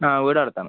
ആ വീട് അടുത്താണ്